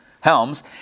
Helms